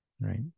right